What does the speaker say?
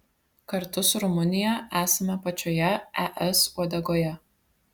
kartu su rumunija esame pačioje es uodegoje